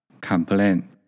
Complain